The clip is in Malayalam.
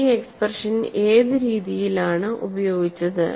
ഈ എക്സ്പ്രഷൻ ഏത് രീതിയിലാണ് ഉപയോഗിച്ചത്